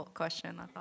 question